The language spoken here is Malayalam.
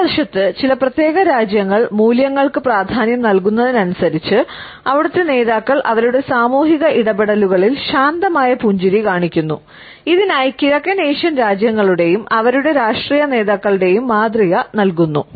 മറുവശത്ത് ചില പ്രത്യേക രാജ്യങ്ങൾ മൂല്യങ്ങൾക്ക് പ്രാധാന്യം നൽകുന്നതിനനുസരിച്ച് അവിടുത്തെ നേതാക്കൾ അവരുടെ സാമൂഹിക ഇടപെടലുകളിൽ ശാന്തമായ പുഞ്ചിരി കാണിക്കുന്നു ഇതിനായി കിഴക്കൻ ഏഷ്യൻ രാജ്യങ്ങളുടെയും അവരുടെ രാഷ്ട്രീയ നേതാക്കളുടെയും മാതൃക നൽകുന്നു